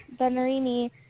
Benarini